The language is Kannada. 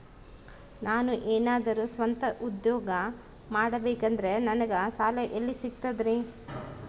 ನಾನು ಏನಾದರೂ ಸ್ವಂತ ಉದ್ಯೋಗ ಮಾಡಬೇಕಂದರೆ ನನಗ ಸಾಲ ಎಲ್ಲಿ ಸಿಗ್ತದರಿ?